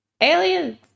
Aliens